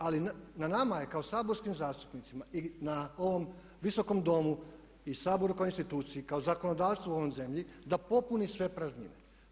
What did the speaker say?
Ali na nama je kao saborskim zastupnicima i na ovom Visokom domu i Saboru kao instituciji, kao zakonodavstvu u ovoj zemlji da popuni sve praznine.